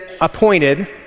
appointed